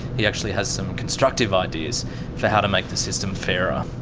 he actually has some constructive ideas for how to make the system fairer.